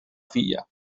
filla